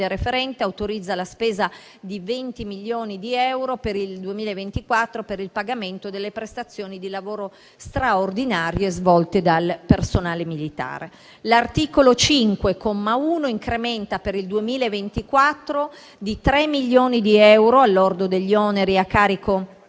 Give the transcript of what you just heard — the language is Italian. referente, autorizza la spesa di 20 milioni di euro per il 2024 per il pagamento delle prestazioni di lavoro straordinarie svolte dal personale militare. L'articolo 5, comma 1, incrementa per il 2024 di 3 milioni di euro, al lordo degli oneri a carico